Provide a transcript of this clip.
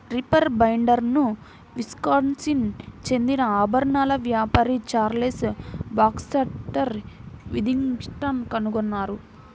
reaper బైండర్ను Wisconsin చెందిన ఆభరణాల వ్యాపారి చార్లెస్ బాక్స్టర్ విథింగ్టన్ కనుగొన్నారు